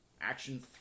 action